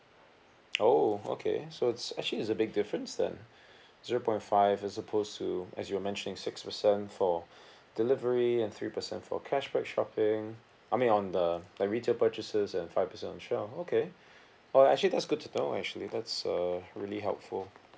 oh okay so it's actually is a big difference then zero point five as opposed to as you were mentioning six percent for delivery and three percent for cashback shopping I mean on the like retail purchases and five percent on shell okay uh actually that's good to know actually that's uh really helpful